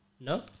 No